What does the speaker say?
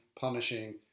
punishing